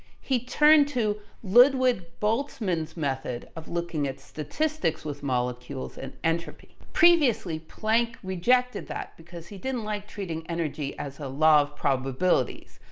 he turned to ludwig boltzmann's method of looking at statistics with molecules and entropy. previously, planck rejected that because he didn't like treating energy as a law of probabilities,